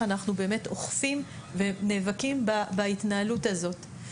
אנחנו אוכפים ונאבקים בהתנהלות הזאת.